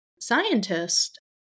scientist